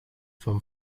from